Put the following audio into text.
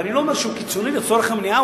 ואני לא אומר שהוא קיצוני לצורך המניעה,